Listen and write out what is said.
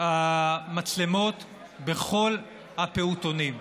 המצלמות בכל הפעוטונים.